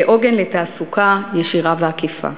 כעוגן לתעסוקה ישירה ועקיפה,